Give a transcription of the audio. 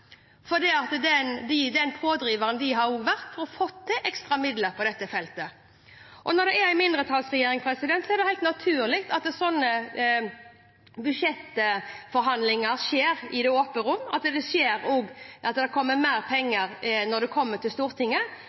de har vært pådrivere for å få ekstra midler til dette feltet. Når det er mindretallsregjering, er det helt naturlig at sånne budsjettforhandlinger skjer i det åpne rom, og at det kommer mer penger når saker kommer til Stortinget